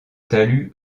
talus